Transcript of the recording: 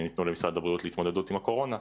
שניתנו למשרד הבריאות להתמודדות עם הקורונה,